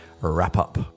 wrap-up